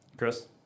Chris